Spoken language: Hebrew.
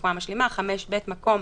רפואה משלימה, (5ב) מקום